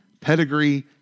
pedigree